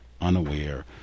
unaware